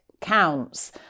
counts